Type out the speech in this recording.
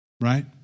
Right